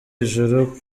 ijuru